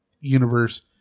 universe